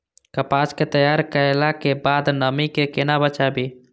कपास के तैयार कैला कै बाद नमी से केना बचाबी?